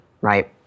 right